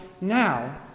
now